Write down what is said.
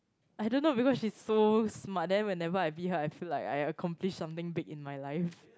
I don't know because she's so smart then whenever I beat I feel like I accomplish something big in my life